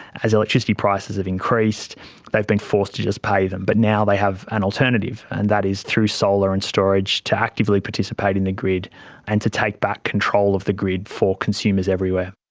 as electricity prices have increased they've been forced to just pay them. but now they have an alternative, and that is through solar and storage to actively participate in the grid and to take back control of the grid for consumers everywhere.